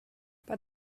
but